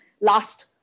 last